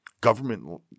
Government